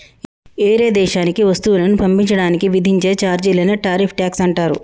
ఏరే దేశానికి వస్తువులను పంపించడానికి విధించే చార్జీలనే టారిఫ్ ట్యాక్స్ అంటారు